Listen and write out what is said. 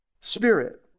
spirit